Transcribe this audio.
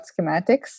schematics